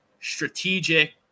strategic